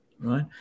right